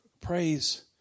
praise